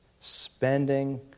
Spending